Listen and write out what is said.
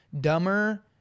dumber